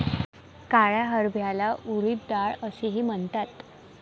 काळ्या हरभऱ्याला उडीद डाळ असेही म्हणतात